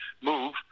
move